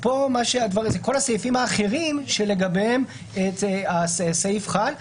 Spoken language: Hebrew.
כל הסעיפים האחרים שלגביהם הסעיף חל,